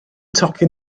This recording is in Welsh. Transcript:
tocyn